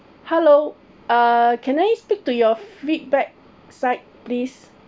hello uh can I speak to your feedback side please